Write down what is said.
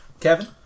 Kevin